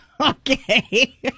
Okay